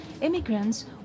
Immigrants